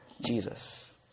Jesus